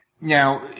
Now